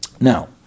Now